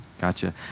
Gotcha